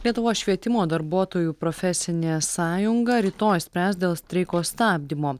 lietuvos švietimo darbuotojų profesinė sąjunga rytoj spręs dėl streiko stabdymo